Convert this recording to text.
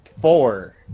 four